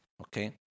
Okay